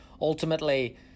ultimately